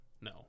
No